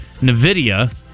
Nvidia